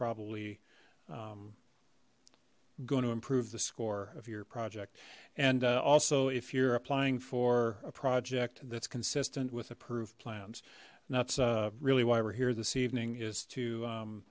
probably going to improve the score of your project and also if you're applying for a project that's consistent with approved plans and that's really why we're here this evening is